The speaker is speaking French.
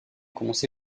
commencé